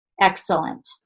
Excellent